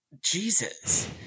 Jesus